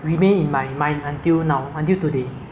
twenty sixteen because they are renovating